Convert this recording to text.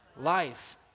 life